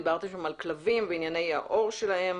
דיברתם שם על הכלבים וענייני העור שלהם,